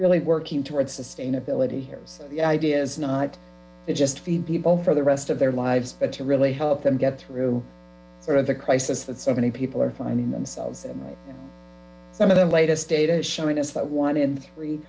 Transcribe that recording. really working towards sustainability here so the idea is not just feed people for the rest of their lives but to really help them get through the crisis that so many people are finding themselves some of the latest data is showing us that one in three